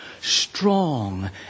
strong